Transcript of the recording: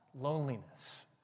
loneliness